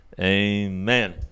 amen